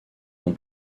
dans